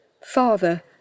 Father